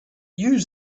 use